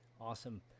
Awesome